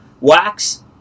WAX